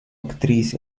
actriz